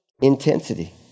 intensity